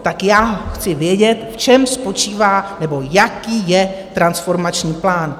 Tak já chci vědět, v čem spočívá nebo jaký je transformační plán.